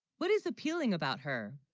what is the peeling about her?